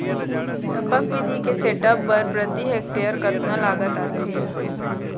टपक विधि के सेटअप बर प्रति हेक्टेयर कतना लागत आथे?